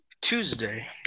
Tuesday